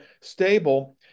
stable